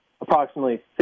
approximately